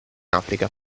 africa